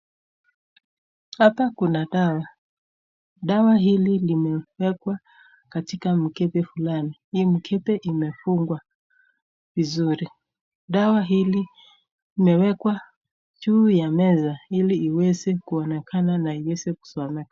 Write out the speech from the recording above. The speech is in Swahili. Hapa kuna dawa, dawa hili limewekwa katika mkebe fulani, mkebe umefungwa vizuri. Dawa hili imewekwa juu ya meza ili iweze kuonekana na iweze kusomeka.